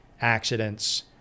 accidents